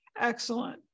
Excellent